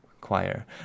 choir